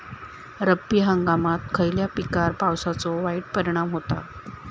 रब्बी हंगामात खयल्या पिकार पावसाचो वाईट परिणाम होता?